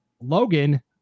Logan